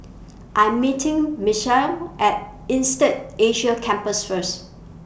I'm meeting Misael At Insead Asia Campus First